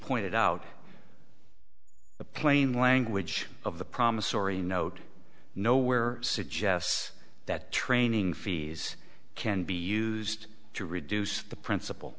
pointed out the plain language of the promissory note nowhere suggests that training fees can be used to reduce the principal